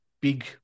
big